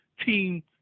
team